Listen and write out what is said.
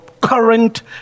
current